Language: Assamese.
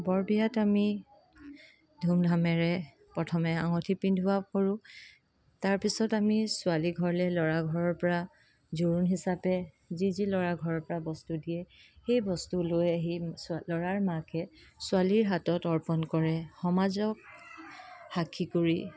বৰবিয়াত আমি ধুমধামেৰে প্ৰথমে আঙুঠি পিন্ধোৱা কৰোঁ তাৰপিছত আমি ছোৱালী ঘৰলৈ ল'ৰাৰ ঘৰৰ পৰা জোৰোণ হিচাপে যি যি ল'ৰাৰ ঘৰৰ পৰা বস্তু দিয়ে সেই বস্তু লৈ আহি ল'ৰাৰ মাকে ছোৱালীৰ হাতত অৰ্পণ কৰে সমাজক সাক্ষী কৰি